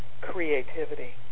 creativity